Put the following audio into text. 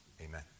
Amen